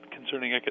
concerning